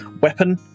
weapon